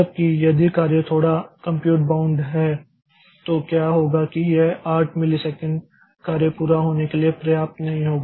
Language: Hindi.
जबकि यदि कार्य थोड़ा कंप्यूट बाउंड है तो क्या होगा कि यह 8 मिलीसेकंड कार्य पूरा होने के लिए पर्याप्त नहीं होगा